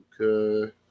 Okay